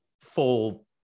full